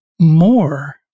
more